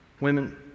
Women